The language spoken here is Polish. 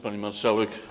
Pani Marszałek!